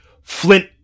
Flint